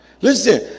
listen